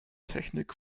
technik